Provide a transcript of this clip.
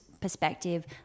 perspective